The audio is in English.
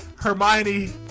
Hermione